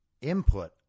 input